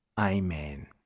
Amen